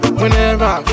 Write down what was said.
whenever